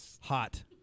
Hot